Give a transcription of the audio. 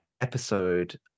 episode